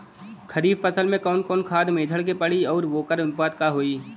खरीफ फसल में कवन कवन खाद्य मेझर के पड़ी अउर वोकर अनुपात का होई?